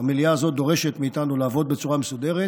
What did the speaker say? והמליאה הזאת דורשת מאיתנו לעבוד בצורה מסודרת,